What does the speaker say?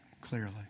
clearly